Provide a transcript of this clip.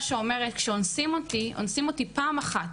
שאומרת: כשאונסים אותי אונסים אותי פעם אחת